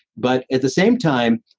but at the same time,